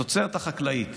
התוצרת החקלאית